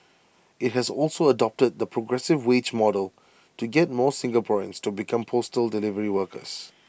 IT has also adopted the progressive wage model to get more Singaporeans to become postal delivery workers